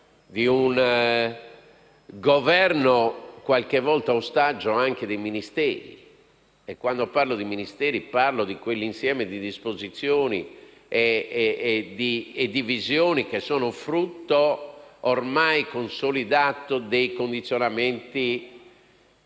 di un Governo qualche volta ostaggio anche dei Ministeri. Quando parlo di Ministeri, parlo di quell'insieme di disposizioni e di visioni che sono frutto ormai consolidato dei condizionamenti